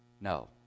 No